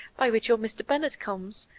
by which your mr. bennett comes.